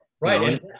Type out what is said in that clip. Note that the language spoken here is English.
Right